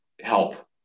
help